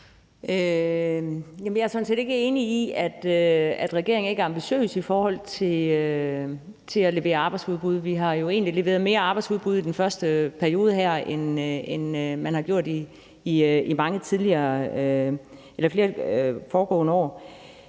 jeg er sådan set ikke enig i, at regeringen ikke er ambitiøs i forhold til at levere arbejdsudbud. Vi har jo egentlig leveret mere arbejdsudbud i den første periode her, end man har gjort i de foregående år.